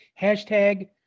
Hashtag